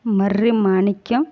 Marri Manikyam